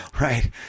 right